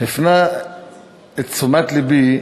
שהפנה את תשומת לבי,